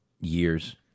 years